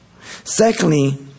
Secondly